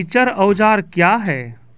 रिचर औजार क्या हैं?